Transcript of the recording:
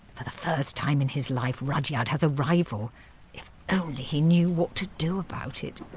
for the first time in his life, rudyard has a rival if only he knew what to do about it.